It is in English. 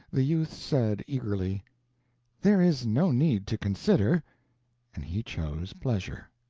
the youth said, eagerly there is no need to consider and he chose pleasure.